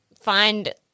find